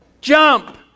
Jump